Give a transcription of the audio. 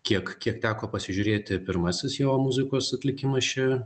kiek kiek teko pasižiūrėti pirmasis jo muzikos atlikimas čia